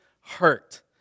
hurt